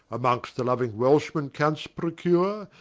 among'st the louing welshmen can'st procure,